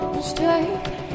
Stay